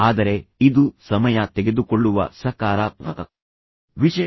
ಆದರೆ ಇದು ಸಮಯ ತೆಗೆದುಕೊಳ್ಳುವ ಸಕಾರಾತ್ಮಕ ವಿಷಯ